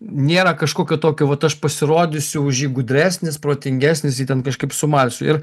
nėra kažkokio tokio vat aš pasirodysiu už jį gudresnis protingesnis jį ten kažkaip sumalsiu ir